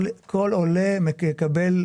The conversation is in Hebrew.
כל עולה יקבל,